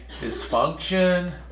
dysfunction